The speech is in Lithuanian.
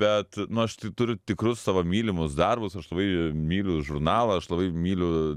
bet nu aš tu turiu tikrus savo mylimus darbus aš labai myliu žurnalą aš labai myliu